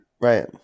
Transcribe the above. Right